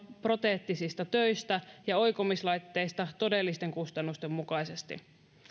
proteettisista töistä ja oikomislaitteista todellisten kustannusten mukaisesti